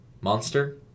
monster